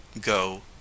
go